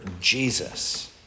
Jesus